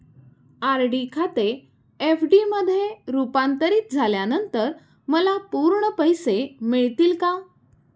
RD खाते FD मध्ये रुपांतरित झाल्यानंतर मला पूर्ण पैसे मिळतील का?